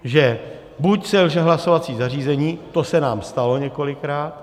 Že buď selže hlasovací zařízení, to se nám stalo několikrát.